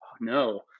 no